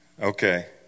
Okay